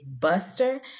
Buster